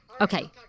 Okay